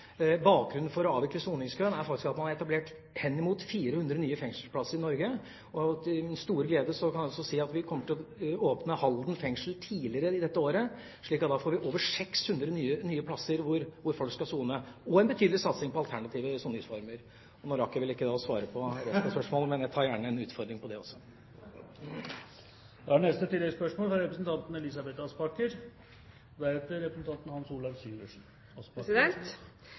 etablert henimot 400 nye fengselsplasser i Norge. Til min store glede kan jeg også si at vi kommer til å åpne Halden fengsel tidligere i dette året, slik at vi da får over 600 nye plasser hvor folk skal sone, og en betydelig satsing på alternative soningsformer. Nå rakk jeg vel ikke å svare på det som var spørsmålet, men jeg tar gjerne en utfordring på det også. Elisabeth Aspaker – til oppfølgingsspørsmål. I Bemanningsutvalgets rapport fra